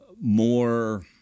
more